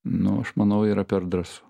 nu aš manau yra per drąsu